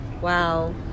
wow